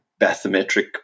bathymetric